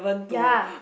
ya